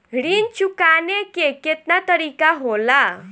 ऋण चुकाने के केतना तरीका होला?